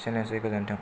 एसेनोसै गोजोन्थों